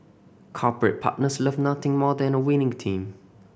corporate partners love nothing more than a winning team